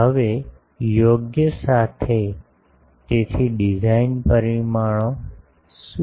હવે યોગ્ય સાથે તેથી ડિઝાઇન પરિમાણો શું છે